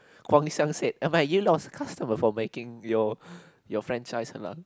Guang-Xiang said mate you lost customer for making your your franchise Halal